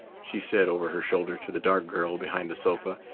she said over her shoulder to the dark girl behind the sofa,